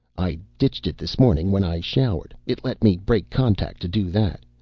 i ditched it this morning when i showered. it let me break contact to do that.